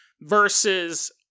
versus